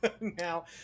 Now